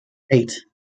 eight